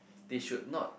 they should not